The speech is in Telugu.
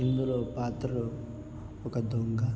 ఇందులో పాత్రలు ఒక దొంగ